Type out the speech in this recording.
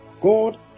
God